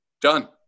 Done